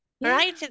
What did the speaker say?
right